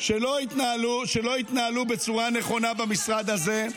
שלא התנהלו בצורה נכונה במשרד הזה.